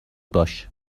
باش